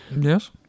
Yes